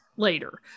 later